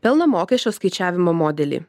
pelno mokesčio skaičiavimo modelį